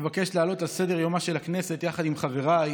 אבקש להעלות על סדר-יומה של הכנסת יחד עם חבריי